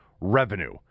revenue